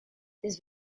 this